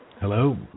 Hello